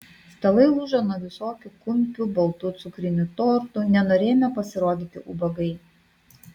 stalai lūžo nuo visokių kumpių baltų cukrinių tortų nenorėjome pasirodyti ubagai